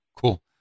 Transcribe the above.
Cool